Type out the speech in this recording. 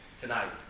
tonight